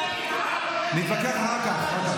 נתווכח אחר כך.